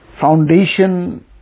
foundation